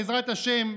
בעזרת השם,